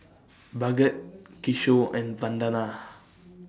Bhagat Kishore and Vandana